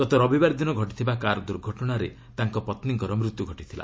ଗତ ରବିବାର ଦିନ ଘଟିଥିବା କାର୍ ଦୁର୍ଘଟଣାରେ ତାଙ୍କ ପତ୍ନୀଙ୍କର ମୃତ୍ୟୁ ଘଟିଥିଲା